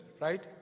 right